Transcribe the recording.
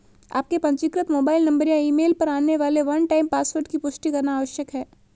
आपके पंजीकृत mobile number या ईमेल पर आने वाले वन टाइम पासवर्ड की पुष्टि करना आवश्यक है